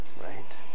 Right